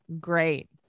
great